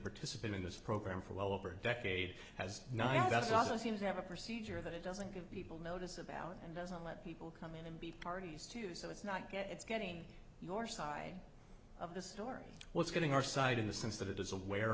participant in this program for well over decades has not that's also seems to have a procedure that it doesn't give people notice about and doesn't let people come in and be parties to say let's not get it's getting your side of the story what's getting our side in the sense that it is aware